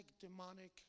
demonic